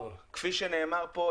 כפי שנאמר פה,